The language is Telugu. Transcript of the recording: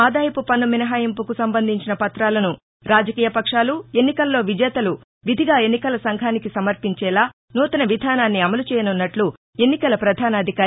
ఆదాయపుపన్ను మినహాయింపునకు సంబంధించిన పత్రాలను రాజకీయపక్షాలు ఎన్నికల్లో విజేతలు విధిగా ఎన్నికల సంఘానికి సమర్పించేలా సూతన విధానాన్ని అమలు చేయనున్నట్లు ఎన్నికల పధానాధికారి ఒ